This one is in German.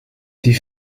die